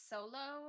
Solo